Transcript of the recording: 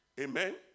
Amen